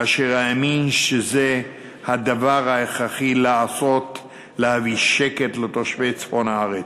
כאשר האמין שזה הדבר שהכרחי לעשות כדי להביא שקט לתושבי צפון הארץ,